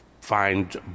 find